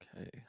Okay